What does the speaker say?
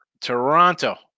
Toronto